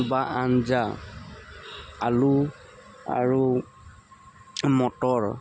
বা আঞ্জা আলু আৰু মটৰ